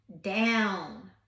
down